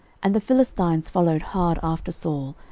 and the philistines followed hard after saul,